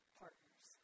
partners